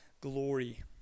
glory